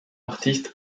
artiste